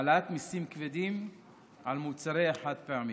העלאת מיסים כבדים על מוצרי החד-פעמי.